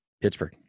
Pittsburgh